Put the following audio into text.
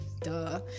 duh